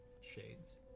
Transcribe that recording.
shades